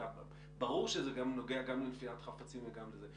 ברור שזה גם נוגע לנפילת חפצים וגם זה,